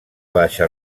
baixa